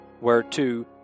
whereto